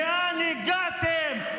לאן הגעתם?